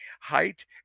Height